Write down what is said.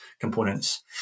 components